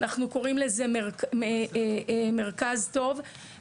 אנחנו קוראים לזה מרכז טוב,